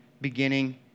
beginning